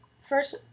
First